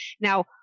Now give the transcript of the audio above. Now